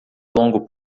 longo